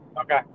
Okay